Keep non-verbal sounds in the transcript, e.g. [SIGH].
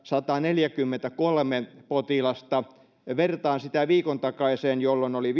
sataneljäkymmentäkolme potilasta vertaan sitä viikon takaiseen jolloin oli [UNINTELLIGIBLE]